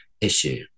issue